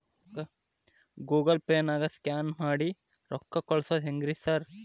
Google ಪೇನಾಗ scan ಮಾಡಿ ರೊಕ್ಕಾ ಕಳ್ಸೊದು ಹೆಂಗ್ರಿ ಸಾರ್?